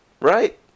Right